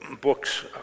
books